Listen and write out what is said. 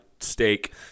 steak